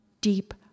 deep